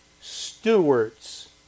stewards